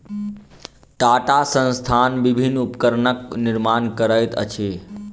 टाटा संस्थान विभिन्न उपकरणक निर्माण करैत अछि